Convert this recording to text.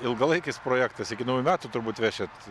ilgalaikis projektas iki naujų metų turbūt vešit